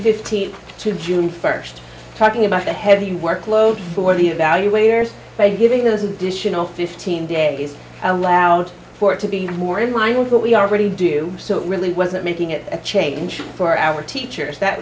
fifteenth to june first talking about the heavy workload for the evaluators by giving those additional fifteen days allowed for it to be more in line with what we already do so it really wasn't making it a change for our teachers that